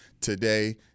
today